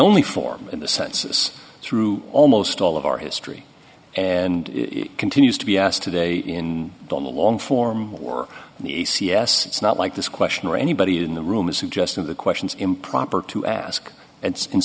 only form in the census through almost all of our history and it continues to be asked today in the long form or the a c s it's not like this question or anybody in the room is who just of the question is improper to ask